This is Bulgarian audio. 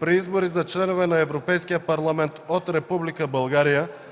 При избори за членове на Европейския парламент от Република